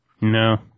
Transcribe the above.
No